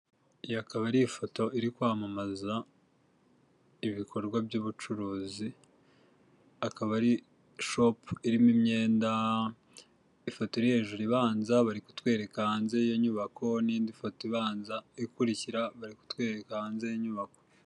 Iyi ikaba ari ifoto iri kwamamaza ibikorwa by'ubucuruzi akaba ari shopu irimo imyenda, ifoto iri hejuru ibanza bari kutwereka hanze y'inyubako n'indi foto ibanza ikurikira bari kutwereka hanze y'inyubako.